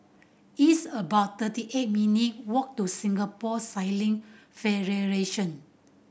it's about thirty eight minute walk to Singapore Sailing Federation